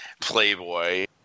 Playboy